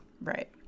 Right